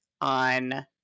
On